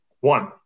one